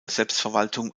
selbstverwaltung